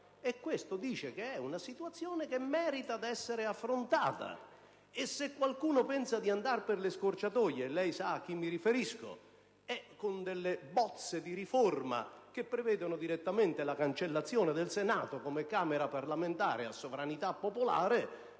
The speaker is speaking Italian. questa è una situazione che merita di essere affrontata, e se qualcuno pensa di andare per scorciatoie - lei sa a chi mi riferisco - attraverso bozze di riforma che prevedono direttamente la cancellazione del Senato come Camera parlamentare a sovranità popolare,